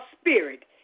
spirit